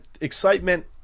excitement